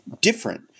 different